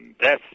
death